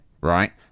right